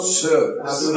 service